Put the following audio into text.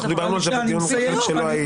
אנחנו דיברנו על זה בדיונים הקודמים כשלא היית.